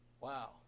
Wow